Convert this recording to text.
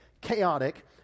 Chaotic